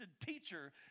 teacher